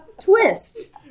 Twist